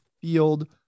field